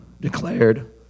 declared